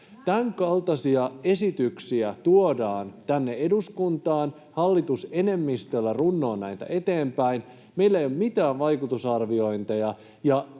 Tämänkaltaisia esityksiä tuodaan tänne eduskuntaan, hallitus enemmistöllä runnoo näitä eteenpäin, meillä ei ole mitään vaikutusarviointeja,